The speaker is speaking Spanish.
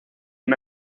una